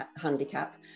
handicap